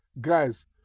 Guys